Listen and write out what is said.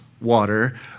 water